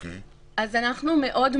אין לו היבטים של קורונה.